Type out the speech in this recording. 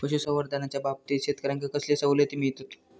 पशुसंवर्धनाच्याबाबतीत शेतकऱ्यांका कसले सवलती मिळतत?